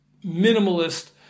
minimalist